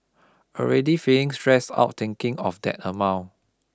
already feeling stressed out thinking of that amount